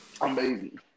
Amazing